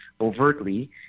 overtly